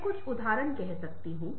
मैं कुछ उदाहरण कह सकता हूं